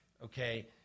Okay